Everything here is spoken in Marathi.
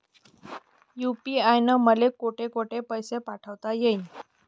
यू.पी.आय न मले कोठ कोठ पैसे पाठवता येईन?